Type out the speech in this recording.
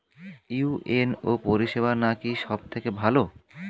UNO পরিসেবা নাকি সব থেকে ভালো?